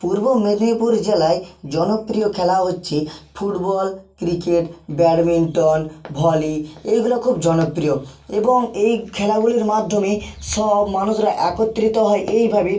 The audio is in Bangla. পূর্ব মেদিনীপুর জেলায় জনপ্রিয় খেলা হচ্ছে ফুটবল ক্রিকেট ব্যাডমিন্টন ভলি এইগুলো খুব জনপ্রিয় এবং এই খেলাগুলির মাধ্যমে সব মানুষরা একত্রিত হয় এইভাবে